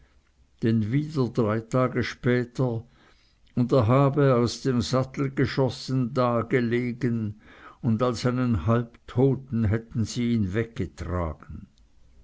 denn wieder drei tage später und er habe aus dem sattel geschossen dagelegen und als einen halbtoten hätten sie ihn weggetragen